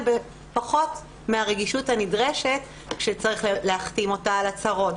בפחות מהרגישות הנדרשת כשצריך להחתים אותה על הצהרות,